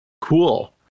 Cool